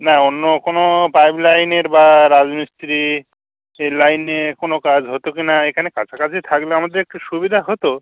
না অন্য কোনও পাইপলাইনের বা রাজমিস্ত্রি সে লাইনে কোনও কাজ হত কি না এখানে কাছাকাছি থাকলে আমাদের একটু সুবিধা হতো